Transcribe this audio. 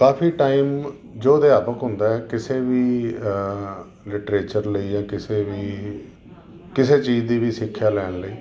ਕਾਫੀ time ਜੋ ਅਧਿਆਪਕ ਹੁੰਦਾ ਹੈ ਕਿਸੇ ਵੀ ਲਿਟਰੇਚਰ ਲਈ ਜਾਂ ਕਿਸੇ ਵੀ ਕਿਸੇ ਚੀਜ਼ ਦੀ ਵੀ ਸਿੱਖਿਆ ਲੈਣ ਲਈ